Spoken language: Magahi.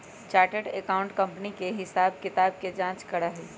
चार्टर्ड अकाउंटेंट कंपनी के हिसाब किताब के जाँच करा हई